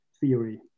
theory